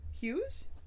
Hughes